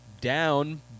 down